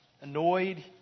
annoyed